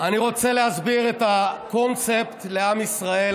אני רוצה להסביר את הקונספט לעם ישראל,